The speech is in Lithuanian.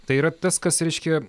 tai yra tas kas reiškia